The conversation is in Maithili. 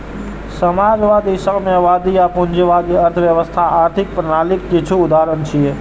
समाजवादी, साम्यवादी आ पूंजीवादी अर्थव्यवस्था आर्थिक प्रणालीक किछु उदाहरण छियै